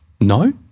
No